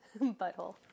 Butthole